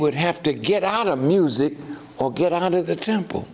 would have to get out of music or get out of the temple